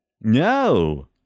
no